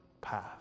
path